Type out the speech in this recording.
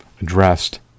addressed